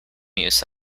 use